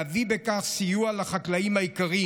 להביא בכך סיוע לחקלאים היקרים.